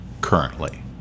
currently